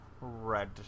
red